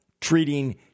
Treating